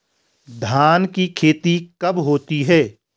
धान की खेती कब होती है?